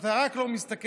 שאתה רק מסתכל,